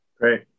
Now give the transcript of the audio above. Great